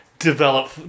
Develop